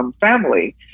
family